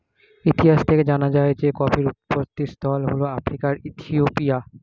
ইতিহাস থেকে জানা যায় যে কফির উৎপত্তিস্থল হল আফ্রিকার ইথিওপিয়া